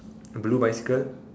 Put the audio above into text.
blue bicycle